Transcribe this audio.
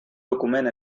document